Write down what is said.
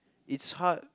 it's hard